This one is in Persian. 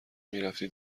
میرفتی